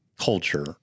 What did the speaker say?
culture